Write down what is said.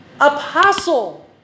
Apostle